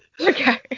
Okay